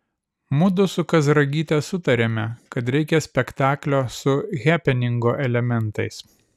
mudu su kazragyte sutarėme kad reikia spektaklio su hepeningo elementais